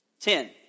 Ten